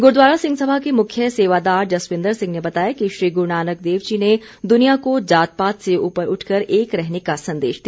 गुरूद्वारा सिंह सभा के मुख्य सेवादार जसविंदर सिंह ने बताया कि श्री गुरूनानक देव जी ने दुनिया को जात पात से ऊपर उठकर एक रहने का संदेश दिया